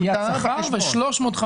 לא, 250, הוא פשוט טעה.